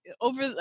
over